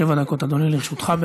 שבע דקות, אדוני, לרשותך.